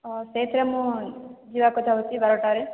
ସେଇଥିରେ ମୁଁ ଯିବାକୁ ଚାହୁଁଛି ବାରଟାରେ